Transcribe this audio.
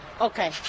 Okay